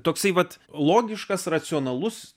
toksai vat logiškas racionalus